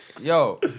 yo